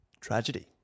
tragedy